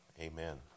amen